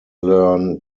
learn